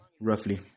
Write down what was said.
roughly